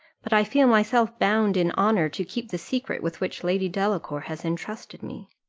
but i feel myself bound in honour to keep the secret with which lady delacour has entrusted me.